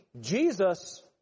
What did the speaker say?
Jesus